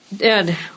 Ed